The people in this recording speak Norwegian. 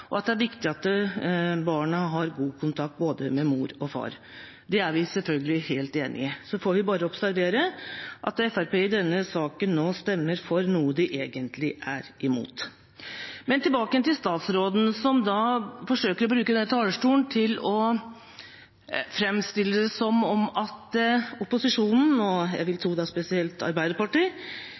barna har god kontakt med både mor og far. Det er vi selvfølgelig helt enig i. Så får vi bare observere at Fremskrittspartiet i denne saken nå stemmer for noe de egentlig er imot. Men tilbake til statsråden, som forsøker å bruke denne talerstolen til å fremstille det som om opposisjonen – og jeg vil tro spesielt Arbeiderpartiet